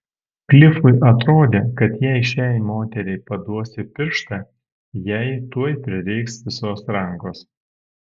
klifui atrodė kad jei šiai moteriai paduosi pirštą jai tuoj prireiks visos rankos